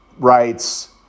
rights